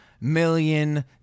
million